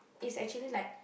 it's actually like